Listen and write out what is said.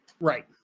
Right